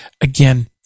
Again